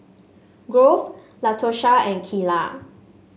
Grove Latosha and Keila